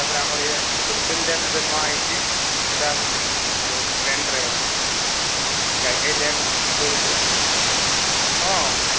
ତାପରେ ଆମର୍ ଇ ସୁକ୍ତେଲ ଡ୍ୟାମ୍ ଏବେ ନୂଆ ହେଇଛେ ସେଟା ବହୁତ୍ ଟ୍ରେଣ୍ଡ୍ରେ ଅଛେ ଗାଈଖାଇ ଡ୍ୟାମ୍ ଟୁରିଜିମ୍ ହଁ